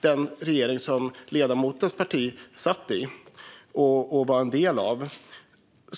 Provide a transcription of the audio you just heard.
Det var den regering som ledamotens parti var en del av.